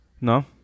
No